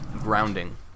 grounding